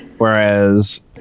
Whereas